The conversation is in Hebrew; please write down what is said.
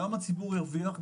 גם הציבור ירוויח,